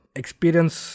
experience